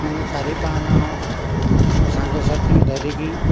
ମୁଁ ଚାରି ପାଞ୍ଚ ଜଣ ମୋ ସାଙ୍ଗ ସାଥୀଙ୍କି ଧରିକି